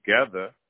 together